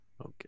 Okay